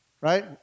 right